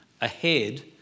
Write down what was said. ahead